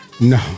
No